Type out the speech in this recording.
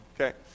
Okay